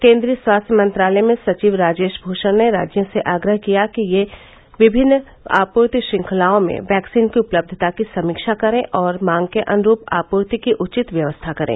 केंद्रीय स्वास्थ्य मंत्रालय में सचिव राजेश भूषण ने राज्यों से आग्रह किया कि वे विभिन्न आपूर्ति श्रंखलाओं में वैक्सीन की उपलब्धता की समीक्षा करें और मांग के अनुरूप आपूर्ति की उचित व्यवस्था करें